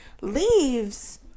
leaves